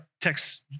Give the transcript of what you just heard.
text